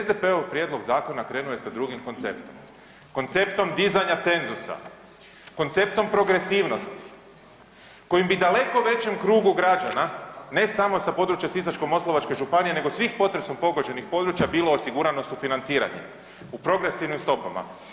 SDP-ov prijedlog zakona krenuo je sa drugim konceptom, Konceptom dizanja cenzusa, konceptom progresivnosti kojim bi daleko većem krugu građana ne samo sa područja Sisačko-moslavačke županije nego svih potresom pogođenih područja bilo osigurano sufinanciranje u progresivnim stopama.